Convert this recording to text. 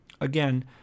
again